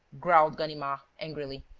growled ganimard, angrily,